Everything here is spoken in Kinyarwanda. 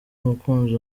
umukunzi